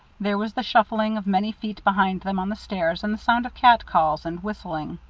there was the shuffling of many feet behind them on the stairs, and the sound of cat calls and whistling.